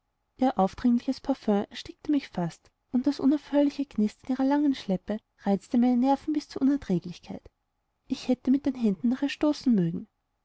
ihr aufdringliches parfüm erstickte mich fast und das unaufhörliche knistern ihrer langen schleppe reizte meine nerven bis zur unerträglichkeit ich hätte mit den händen nach ihr stoßen mögen